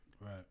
Right